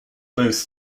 both